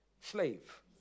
slave